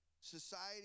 society